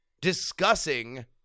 discussing